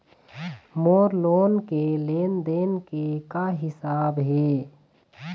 मोर loan के लेन देन के का हिसाब हे?